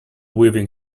weaving